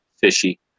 fishy